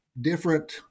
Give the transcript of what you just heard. different